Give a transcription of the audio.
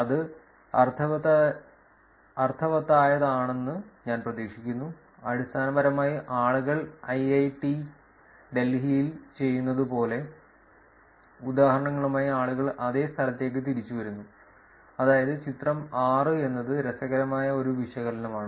അത് അർത്ഥവത്തായതാണെന്ന് ഞാൻ പ്രതീക്ഷിക്കുന്നു അടിസ്ഥാനപരമായി ആളുകൾ ഐഐഐടി ഡൽഹിയിൽ ചെയ്യുന്നതുപോലുള്ള ഉദാഹരണങ്ങളുമായി ആളുകൾ അതേ സ്ഥലത്തേക്ക് തിരിച്ചുവരുന്നു അതായത് ചിത്രം 6 എന്നത് രസകരമായ ഒരു വിശകലനമാണ്